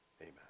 amen